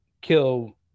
kill